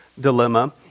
dilemma